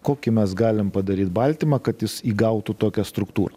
kokį mes galim padaryt baltymą kad jis įgautų tokią struktūrą